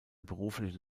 berufliche